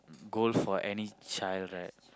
goal for any child right